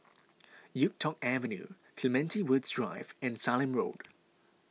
Yuk Tong Avenue Clementi Woods Drive and Sallim Road